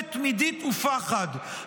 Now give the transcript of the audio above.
ביקורת תמידית ופחד,